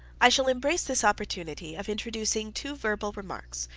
i shall embrace this opportunity of introducing two verbal remarks,